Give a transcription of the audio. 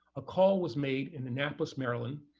a call was made in annapolis, maryland,